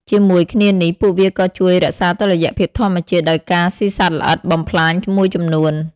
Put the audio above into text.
ជាមួយគ្នានេះ ពួកវាក៏ជួយរក្សាតុល្យភាពធម្មជាតិដោយការស៊ីសត្វល្អិតបំផ្លាញមួយចំនួន។